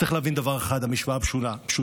צריך להבין דבר אחד, המשוואה פשוטה: